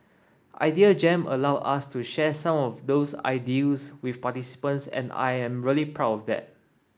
Idea Jam allowed us to share some of those ideals with participants and I am really proud of that